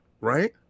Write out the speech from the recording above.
right